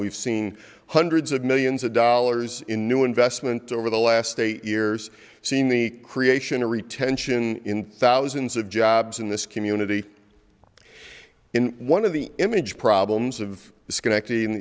we've seen hundreds of millions of dollars in new investment over the last eight years seen the creation of retention in thousands of jobs in this community in one of the image problems of disconnecting